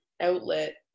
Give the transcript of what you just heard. outlet